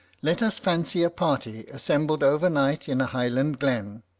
let us fancy a party assembled over-night in a highland glen,